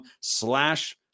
slash